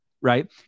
right